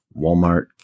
Walmart